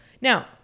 now